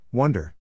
Wonder